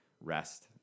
rest